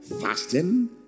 Fasting